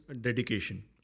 dedication